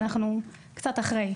ואנחנו קצת אחרי.